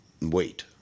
Wait